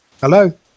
Hello